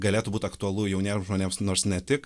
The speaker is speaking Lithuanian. galėtų būt aktualu jauniems žmonėms nors ne tik